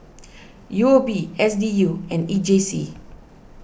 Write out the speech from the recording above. U O B S D U and E J C